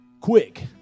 Quick